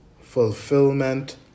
fulfillment